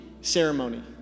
ceremony